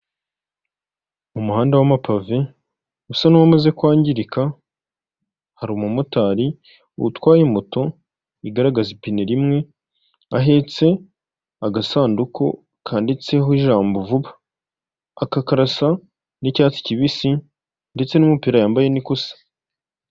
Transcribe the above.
Mu muhanda w'amapave usa n'uwamaze kwangirika hari umumotari utwaye moto igaragaza ipine rimwe, ahetse agasanduku kanditseho ijambo vuba aka karasa n'icyatsi kibisi ndetse n'umupira yambaye ni ko usa..